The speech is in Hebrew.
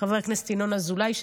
לחבר הכנסת ינון אזולאי,